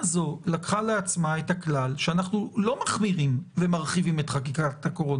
את החזקה הזאת אני לא מרחיב בהכרח לסנגור.